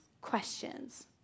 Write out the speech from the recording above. questions